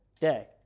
day